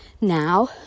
Now